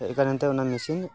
ᱮᱭ ᱠᱟᱨᱚᱱ ᱛᱮ ᱚᱱᱟ ᱢᱮᱥᱤᱱ